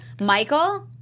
Michael